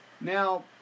Now